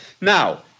Now